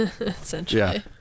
Essentially